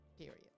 Period